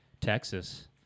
Texas